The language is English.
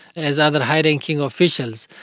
as other high ranking officials.